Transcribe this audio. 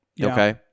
Okay